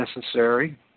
necessary